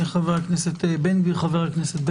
חבר הכנסת בגין,